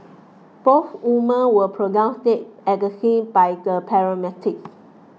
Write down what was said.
both woman were pronounced dead at the scene by paramedics